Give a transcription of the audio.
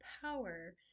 power